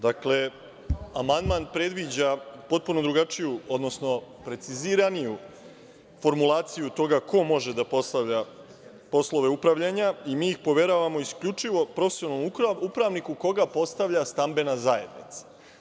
Dakle, amandman predviđa potpuno drugačiju, odnosno preciziraniju formulaciju toga ko može da postavlja poslove upravljanja i mi ih poveravamo isključivo profesionalnom upravniku koga postavlja stambena zajednica.